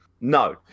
No